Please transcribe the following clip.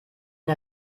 der